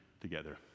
together